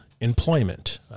employment